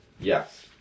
Yes